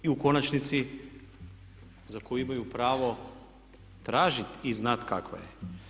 I u konačnici za koju imaju pravo tražiti i znati kakva je.